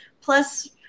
plus